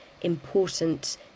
important